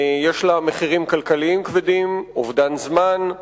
יש לה מחירים כלכליים כבדים, אובדן זמן,